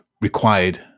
required